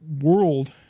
world